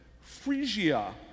Phrygia